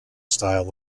style